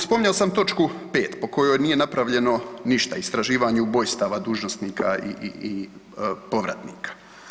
Spominjao sam točku 5. po kojoj nije napravljeno ništa, istraživanje ubojstava dužnosnika i povratnika.